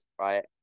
right